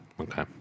Okay